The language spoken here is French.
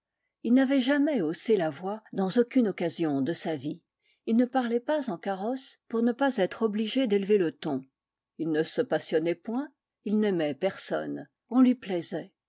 il n'avait jamais haussé la voix dans aucune occasion de sa vie il ne parlait pas en carrosse pour ne pas être obligé d'élever le ton il ne se passionnait point il n'aimait personne on lui plaisait